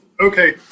okay